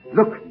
Look